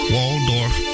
Waldorf